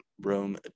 Rome